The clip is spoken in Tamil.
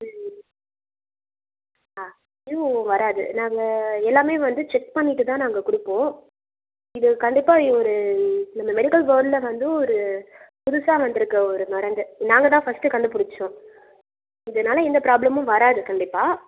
ம் ஆ நியூவ் வராது நாங்கள் எல்லாமே வந்து செக் பண்ணிவிட்டு தான் நாங்கள் கொடுப்போம் இது கண்டிப்பாக இது ஒரு நம்ம மெடிக்கல் வேர்ல்ட்டில் வந்து ஒரு புதுசாக வந்திருக்கற ஒரு மருந்து நாங்கள் தான் ஃபர்ஸ்ட்டு கண்டு பிடிச்சோம் இதனால எந்த ப்ராப்ளமும் வராது கண்டிப்பாக